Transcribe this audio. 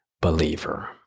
believer